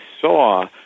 saw